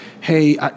hey